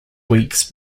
weeks